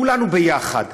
כולנו יחד.